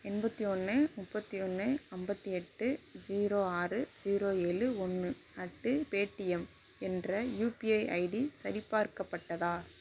எண்பத்தி ஒன்று முப்பத்தி ஒன்று ஐம்பதி எட்டு ஜீரோ ஆறு ஜீரோ ஏழு ஒன்று அட்டு பேடிஎம் என்ற யூபிஐ ஐடி சரி பார்க்கப்பட்டதா